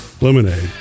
lemonade